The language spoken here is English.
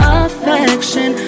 affection